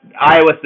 Iowa